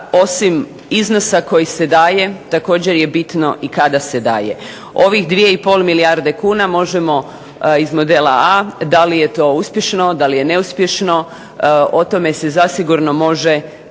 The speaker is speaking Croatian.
osim iznosa koji se daje također je bitno i kada se daje. Ovih 2,5 milijarde kuna možemo iz modela A, da li je to uspješno, da li je neuspješno, o tome se zasigurno može